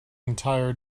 entire